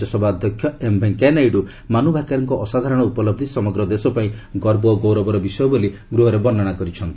ରାଜ୍ୟସଭା ଅଧ୍ୟକ୍ଷ ଏମ୍ ଭେଙ୍କୟା ନାଇଡ଼ୁ ମାନୁ ଭାକେର୍ଙ୍କ ଅସାଧାରଣ ଉପଲବ୍ଧି ସମଗ୍ର ଦେଶ ପାଇଁ ଗର୍ବ ଓ ଗୌରବର ବିଷୟ ବୋଲି ଗ୍ରହରେ ବର୍ଣ୍ଣନା କରିଛନ୍ତି